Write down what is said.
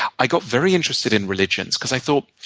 i got very interested in religions. because i thought,